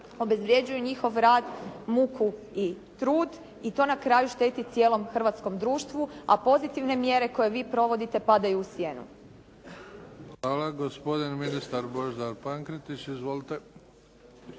obezvrjeđuju njihov rad, muku i trud i to na kraju šteti cijelom hrvatskom društvu, a pozitivne mjere koje vi provodite padaju u sjenu. **Bebić, Luka (HDZ)** Hvala. Gospodin ministar Božidar Pankretić. Izvolite.